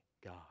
God